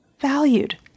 valued